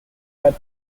had